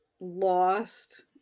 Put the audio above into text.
lost